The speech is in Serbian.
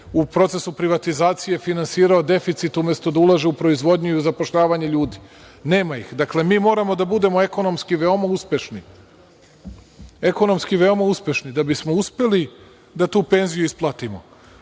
u procesu privatizacije finansirao deficit umesto da ulaže u proizvodnju i zapošljavanje ljudi. Nema ih. Dakle, mi moramo da budemo ekonomski veoma uspešni da bismo uspeli da tu penziju isplatimo. Zato